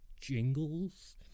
jingles